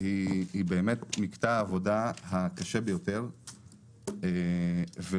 מדובר במקטע העבודה הקשה ביותר והכאוב